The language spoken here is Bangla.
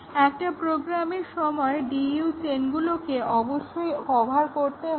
একটা প্রোগ্রামের সমস্ত DU চেইনগুলোকে অবশ্যই কভার করতে হবে